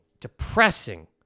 depressing